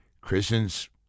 Christian's